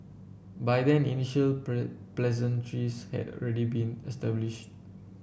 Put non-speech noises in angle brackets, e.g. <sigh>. by then initial <unintelligible> pleasantries had already been established